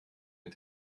mit